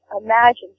Imagine